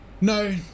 No